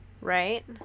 right